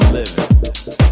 living